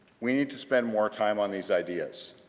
we need to spend more time on these ideas.